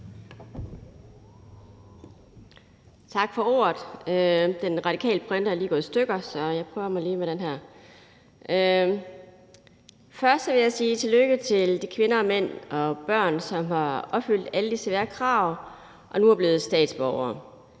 Tak for ordet. Radikales printer er lige gået i stykker, så jeg prøver mig lige med den her. Først vil jeg sige tillykke til de kvinder og mænd og børn, som har opfyldt alle de svære krav og nu er blevet statsborgere.